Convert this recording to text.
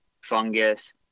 fungus